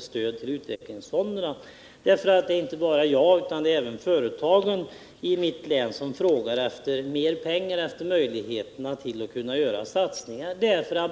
stöd för utvecklingsfonderna. Det är inte bara jag utan också företagen i mitt län som frågar efter mer pengar, efter möjligheter till att göra satsningar.